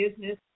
business